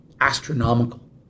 astronomical